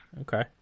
Okay